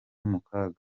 mukaga